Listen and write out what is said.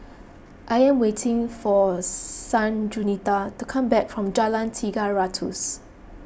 I am waiting for Sanjuanita to come back from Jalan Tiga Ratus